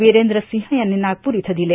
वीरेंद्र सिंह यांनी नागपूर इथं दिले